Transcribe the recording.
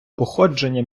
походження